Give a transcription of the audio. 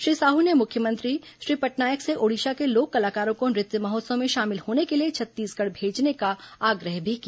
श्री साहू ने मुख्यमंत्री श्री पटनायक से ओडिशा के लोक कलाकारों को नृत्य महोत्सव में शामिल होने के लिए छत्तीसगढ़ भेजने का आग्रह भी किया